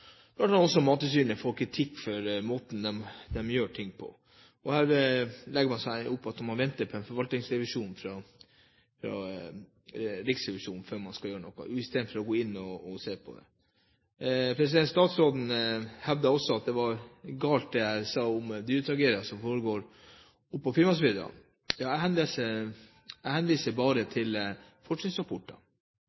også Mattilsynet får kritikk for måten de gjør ting på. Her legger man opp til å vente på en forvaltningsrevisjon fra Riksrevisjonen før man gjør noe, i stedet for å gå inn og se på det. Statsråden hevdet også at det var galt det jeg sa om dyretragediene på Finnmarksvidda. Jeg henviser bare til forskningsrapporter. Det var fra forskningsrapporter jeg leste da jeg